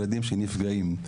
ילדים שנפגעים,